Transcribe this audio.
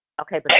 Okay